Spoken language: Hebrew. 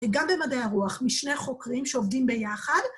‫וגם במדעי הרוח משני חוקרים ‫שעובדים ביחד.